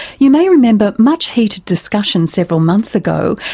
you may remember much heated discussion several months ago,